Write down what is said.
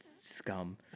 scum